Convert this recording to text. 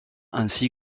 ainsi